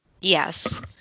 Yes